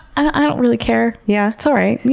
i don't really care. yeah it's all right.